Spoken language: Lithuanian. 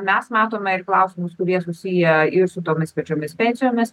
mes matome ir klausimus kurie susiję ir su tomis pačiomis pensijomis